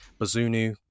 Bazunu